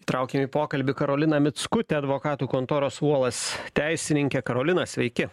traukiam į pokalbį karolina mickutę advokatų kontoros uolas teisininkę karolina sveiki